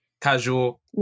casual